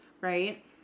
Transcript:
right